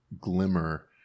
glimmer